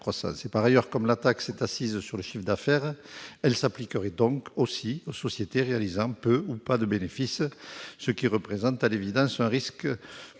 croissance. Par ailleurs, comme la taxe est assise sur le chiffre d'affaires, elle s'appliquerait donc aussi aux sociétés réalisant peu ou pas de bénéfices, ce qui représente à l'évidence un risque